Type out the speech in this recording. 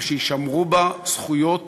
ויישמרו בה זכויות